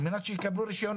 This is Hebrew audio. על מנת שיקבלו רישיון,